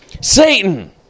Satan